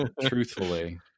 truthfully